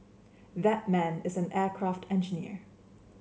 that man is an aircraft engineer